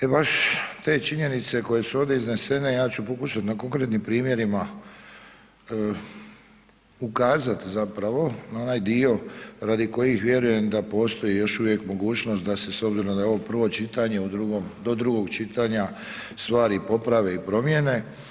E baš te činjenice koje su ovdje iznešene, ja ću pokušat na konkretnim primjerima ukazat zapravo na onaj dio radi kojih vjerujem da postoji još uvijek mogućnost da se s obzirom da je ovo prvo čitanje u drugom, do drugog čitanja stvari poprave i promjene.